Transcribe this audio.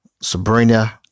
Sabrina